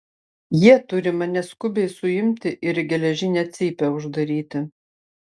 jie turi mane skubiai suimti ir į geležinę cypę uždaryti